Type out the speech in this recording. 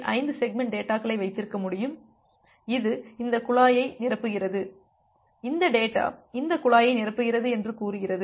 5 segment டேட்டாகளை வைத்திருக்க முடியும் இது இந்த குழாயை நிரப்புகிறது இந்த டேட்டா இந்த குழாயை நிரப்புகிறது என்று கூறுகிறது